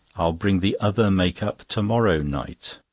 i'll bring the other make-up to-morrow night.